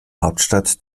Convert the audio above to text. hauptstadt